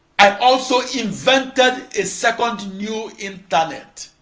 i also invented a second new internet